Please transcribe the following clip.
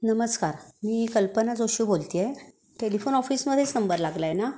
नमस्कार मी कल्पना जोशी बोलते आहे टेलिफोन ऑफिसमध्येेच नंबर लागला आहे ना